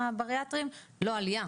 הבריאטריים לא עלייה,